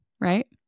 right